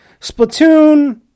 Splatoon